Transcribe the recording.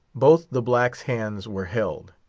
both the black's hands were held,